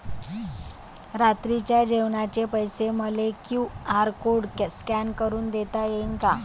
रात्रीच्या जेवणाचे पैसे मले क्यू.आर कोड स्कॅन करून देता येईन का?